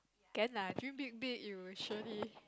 can lah dream big big you will surely